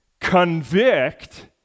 convict